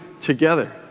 together